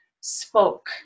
spoke